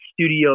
studio